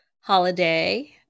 holiday